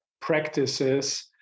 practices